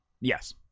Yes